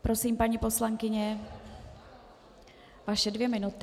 Prosím, paní poslankyně, vaše dvě minuty.